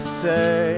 say